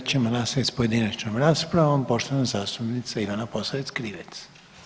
Sada ćemo nastaviti s pojedinačnom raspravom, poštovana zastupnica Ivana Posavec-Krivec.